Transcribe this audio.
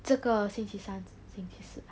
这个星期三星期四啊